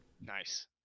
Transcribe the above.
nice